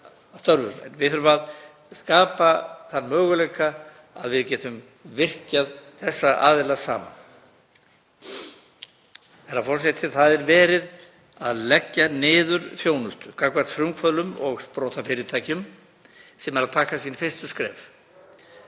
við þurfum að skapa þann möguleika að við getum virkjað þessa aðila saman. Herra forseti. Það er verið að leggja niður þjónustu gagnvart frumkvöðlum og sprotafyrirtækjum sem eru að taka sín fyrstu skref